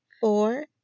Four